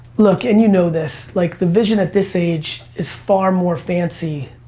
look, and you know this, like the vision at this age is far more fancy.